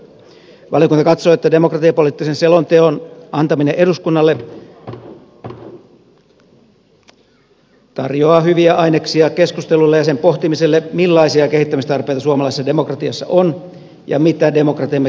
valiokunta katsoo että demokratiapoliittisen selonteon antaminen eduskunnalle tarjoaa hyviä aineksia keskustelulle ja sen pohtimiselle millaisia kehittämistarpeita suomalaisessa demokratiassa on ja mitä demokratiamme kehittämiseksi tulee tehdä